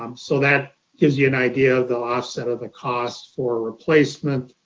um so that gives you an idea of the offset of the costs for replacement,